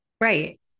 Right